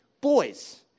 boys